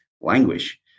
languish